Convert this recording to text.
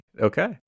okay